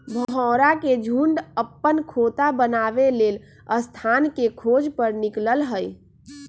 भौरा के झुण्ड अप्पन खोता बनाबे लेल स्थान के खोज पर निकलल हइ